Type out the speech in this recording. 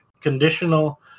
conditional